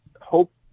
hope